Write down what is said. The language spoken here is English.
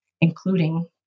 including